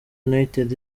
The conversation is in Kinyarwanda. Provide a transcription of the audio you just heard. united